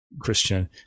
Christian